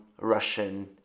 Russian